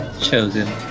Chosen